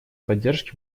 поддержке